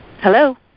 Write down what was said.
Hello